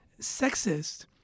sexist